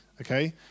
Okay